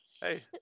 Hey